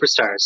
superstars